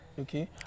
Okay